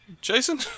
Jason